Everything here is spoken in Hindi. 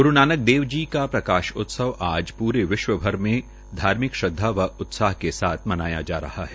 ग्रू नानक देव जी का प्रकाश उत्सव आज पूरे विश्वभर में धार्मिक श्रद्वा व उत्साह के साथ मनाया जा रहा है